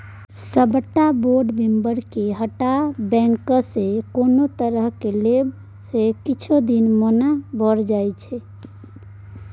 सबटा बोर्ड मेंबरके हटा बैंकसँ कोनो तरहक लेब देब किछ दिन मना भए जाइ छै